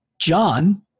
John